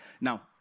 Now